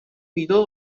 مینا